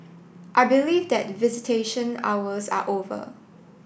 I believe that visitation hours are over